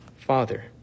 father